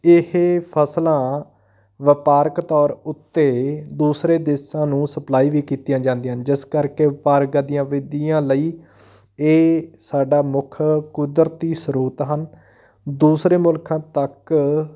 ਇਹ ਫਸਲਾਂ ਵਪਾਰਕ ਤੌਰ ਉੱਤੇ ਦੂਸਰੇ ਦੇਸ਼ਾਂ ਨੂੰ ਸਪਲਾਈ ਵੀ ਕੀਤੀਆਂ ਜਾਂਦੀਆਂ ਹਨ ਜਿਸ ਕਰਕੇ ਵਪਾਰਕ ਗਤੀਆ ਵਿਧੀਆਂ ਲਈ ਇਹ ਸਾਡਾ ਮੁੱਖ ਕੁਦਰਤੀ ਸਰੋਤ ਹਨ ਦੂਸਰੇ ਮੁਲਕਾਂ ਤੱਕ